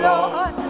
Lord